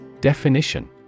Definition